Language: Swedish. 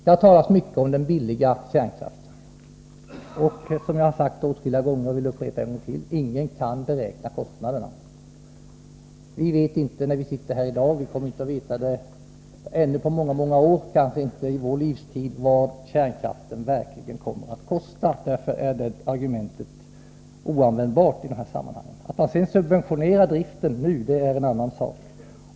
Det har talats mycket om den billiga kärnkraften. Jag har åtskilliga gånger sagt, och jag upprepar det i dag, att ingen kan beräkna kostnaderna. Vi som sitter här i kammaren i dag kan inte göra det. Det kommer att dröja många många år — kanske får vi inte reda på det under vår livstid — innan vi vet vad kärnkraften verkligen kostar. Därför är det argumentet oanvändbart i det här sammanhanget. Att man sedan subventionerar driften nu är en annan sak.